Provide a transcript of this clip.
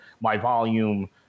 my-volume